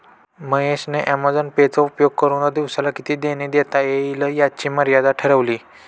महेश ने Amazon Pay चा उपयोग करुन दिवसाला किती देणी देता येईल याची मर्यादा ठरवली